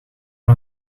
van